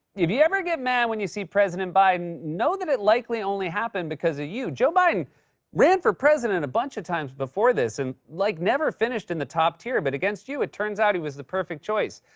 if you ever get mad when you see president biden, know that it likely only happened because of you. joe biden ran for president a bunch of times before this and, like, never finished in the top tier. but against you, it turns out he was the perfect choice.